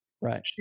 Right